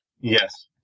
Yes